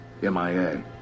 MIA